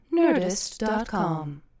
nerdist.com